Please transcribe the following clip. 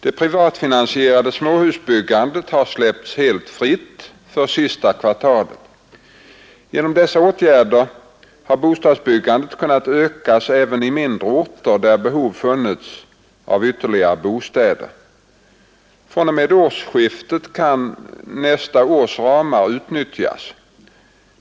Det privatfinansierade småhusbyggandet har släppts helt fritt för sista kvartalet. Genom dessa åtgärder har bostadsbyggandet kunnat ökas även i mindre orter, där behov funnits av ytterligare bostäder. Från och med årsskiftet kan nästa års ramar utnyttjas.